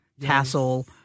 tassel